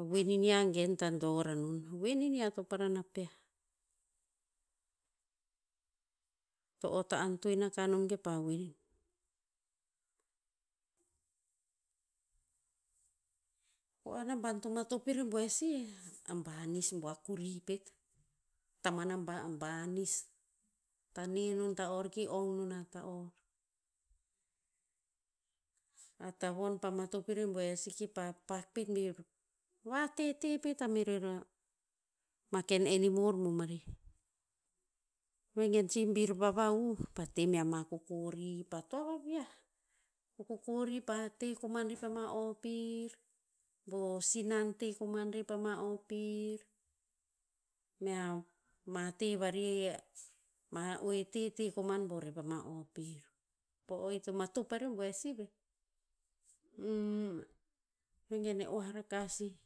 A voen inia gen ta dor anon, voen inia to parana peah. To ot ta anteon aka nom ke pa voen. Po o a naban to matop i rebuer sih, a banis bo a kori pet. Taman a ba- banis. Tane non ta'or ki ong nona ta'or. A tavon pa matop i rebbuer si ki pak pet bir vatete pet a merer a, ma ken enimor bomarih. Vegen si bir vavahuh, pa te ma ama kokori ki pah toa vaviah. Ko kokori pa te koman rer pama o pir, bo sinan te koman rer pama o pir, mea ma te vari ma oete te koman bo rer pama o pir. Po o ito matop a rebuer si veh. vegen e oah raka sih.